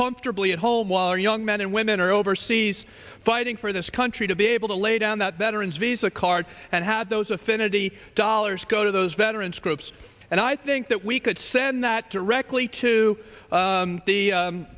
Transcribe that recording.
comfortably a whole while young men and women are overseas fighting for this country to be able to lay down that veterans visa card and had those affinity dollars go to those veterans groups and i think that we could send that directly to the the